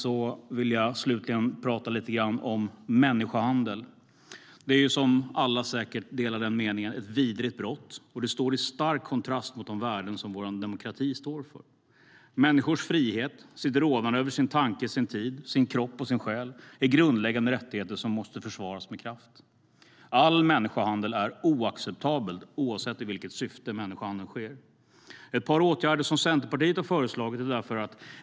Jag vill slutligen prata lite om människohandel. Alla delar säkert uppfattningen att det är ett vidrigt brott. Det står i en stark kontrast mot de värden som vår demokrati står för. Människors frihet och människors rådande över sin tanke och sin tid och sin kropp och sin själ är grundläggande rättigheter som måste försvaras med kraft. All människohandel är oacceptabel, oavsett i vilket syfte människohandeln sker. Centerpartiet har föreslagit ett par åtgärder.